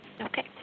Okay